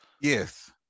Yes